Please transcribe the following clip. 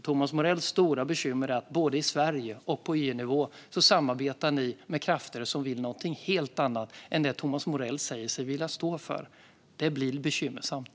Thomas Morells stora bekymmer är att både i Sverige och på EU-nivå samarbetar ni med krafter som vill något helt annat än det Thomas Morell säger sig stå för. Det blir bekymmersamt.